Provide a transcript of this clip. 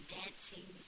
dancing